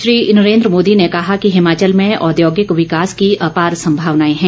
श्री नरेन्द्र मोदी ने कहा कि हिमाचल में औद्योगिक विकास की अपार सम्भावनाएं हैं